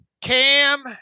Cam